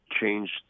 changed